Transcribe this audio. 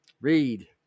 Read